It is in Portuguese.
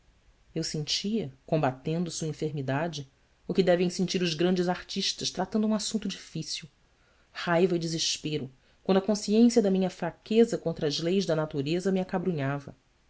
eu sentia combatendo sua enfermidade o que devem sentir os grandes artistas tratando um assunto difícil raiva e desespero quando a consciência da minha fraqueza contra as leis da natureza